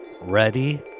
ready